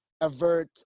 avert